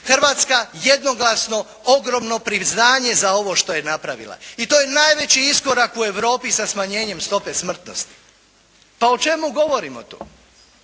Hrvatska jednoglasno ogromno priznanje za ovo što je napravila. I to je najveći iskorak u Europi za smanjenjem stope smrtnosti. Pa o čemu govorimo tu?